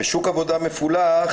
בשוק עבודה מפולח,